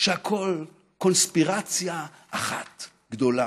שהכול קונספירציה אחת גדולה.